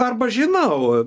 arba žinau